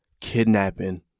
kidnapping